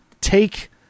take